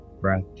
breath